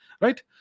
Right